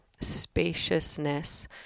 spaciousness